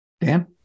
Dan